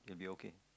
you'll be okay